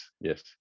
yes